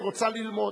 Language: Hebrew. רוצה לצאת ללמוד.